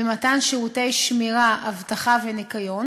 במתן שירותי שמירה, אבטחה וניקיון,